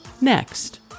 next